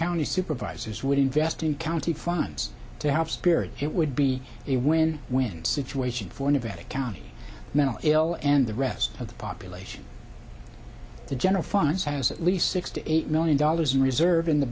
county supervisors would invest in county funds to have spirit it would be a win win situation for nevada county mentally ill and the rest of the population the general funds has at least sixty eight million dollars in reserve in the